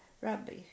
rabbi